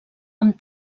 amb